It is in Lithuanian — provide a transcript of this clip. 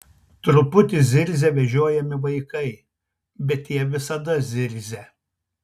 truputį zirzia vežiojami vaikai bet tie visada zirzia